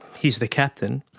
he's the captain,